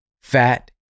fat